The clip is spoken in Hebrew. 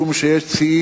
משום שיש ציים,